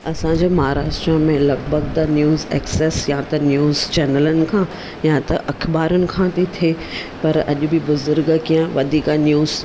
असांजे महाराष्ट्र में लॻभॻि त न्यूज़ एक्सेस या त न्यूज़ चैनलनि खां या त अख़बारनि खां बि थिए पर अॼु बि बुज़ुर्ग कीअं वधीक न्यूज़